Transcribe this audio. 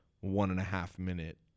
one-and-a-half-minute